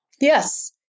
Yes